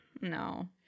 No